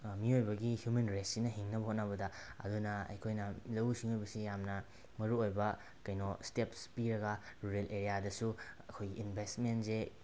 ꯃꯤꯑꯣꯏꯕꯒꯤ ꯍ꯭ꯌꯨꯃꯦꯟ ꯔꯦꯁꯁꯤꯅ ꯍꯤꯡꯅꯕ ꯍꯣꯠꯅꯕꯗ ꯑꯗꯨꯅ ꯑꯩꯈꯣꯏꯅ ꯂꯧꯎ ꯁꯤꯡꯎꯕꯁꯤ ꯌꯥꯝꯅ ꯃꯔꯨ ꯑꯣꯏꯕ ꯀꯩꯅꯣ ꯏꯁꯇꯦꯞꯁ ꯄꯤꯔꯒ ꯔꯨꯔꯦꯜ ꯑꯦꯔꯤꯌꯥꯗꯁꯨ ꯑꯩꯈꯣꯏꯒꯤ ꯏꯟꯕꯦꯖꯃꯦꯟꯁꯦ